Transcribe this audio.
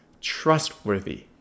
trustworthy